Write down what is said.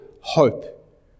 hope